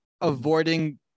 avoiding